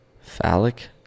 Phallic